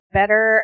better